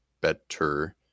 better